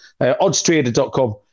Oddstrader.com